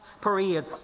Parade